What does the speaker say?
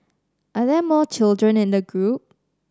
are there more children in the group